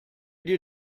dir